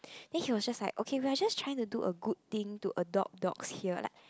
then he was just like okay we are just trying to do a good thing to adopt dogs here like